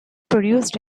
produced